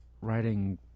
writing